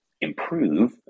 improve